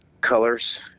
colors